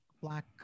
Black